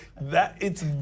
that—it's